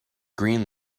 green